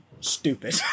stupid